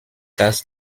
dass